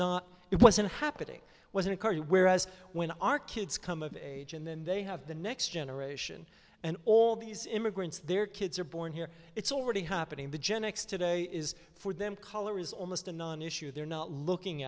not it wasn't happening wasn't for you whereas when our kids come of age and then they have the next generation and all these immigrants their kids are born here it's already happening the genex today is for them color is almost a non issue they're not looking